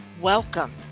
Welcome